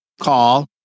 call